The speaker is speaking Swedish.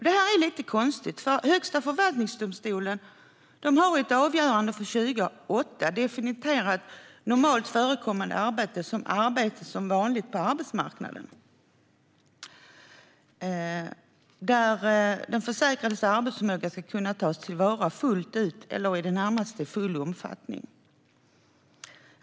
Det här är lite konstigt. Högsta förvaltningsdomstolen har i ett avgörande från 2008 definierat normalt förekommande arbete som arbete som är vanligt på arbetsmarknaden och där den försäkrades arbetsförmåga ska kunna tas till vara i full eller närmast full omfattning.